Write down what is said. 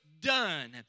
done